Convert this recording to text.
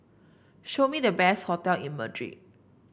show me the best hotel in Madrid